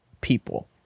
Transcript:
people